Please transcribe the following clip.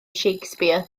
shakespeare